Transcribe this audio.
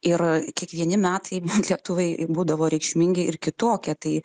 ir kiekvieni metai lietuvai būdavo reikšmingi ir kitokie tai